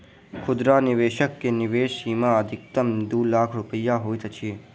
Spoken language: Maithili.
खुदरा निवेशक के निवेश सीमा अधिकतम दू लाख रुपया होइत अछि